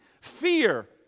fear